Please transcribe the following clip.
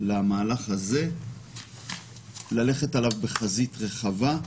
זה בחזית רחבה,